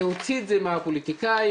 להוציא את זה מהפוליטיקאים,